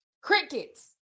Crickets